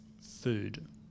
food